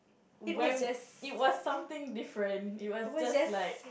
when it was something different it was just like